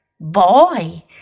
Boy